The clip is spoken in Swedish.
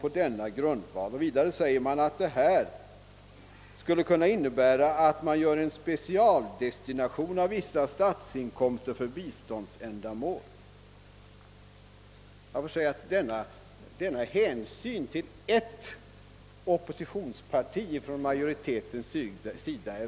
Vidare skriver utskottet att det föreslagna arrangemanget skulle kunna innebära en specialdestination av vissa statsinkomster för biståndsändamål. En sådan majoritetens hänsyn till ett oppositionsparti är lika överraskande som ovanlig.